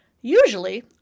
Usually